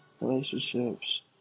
relationships